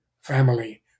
family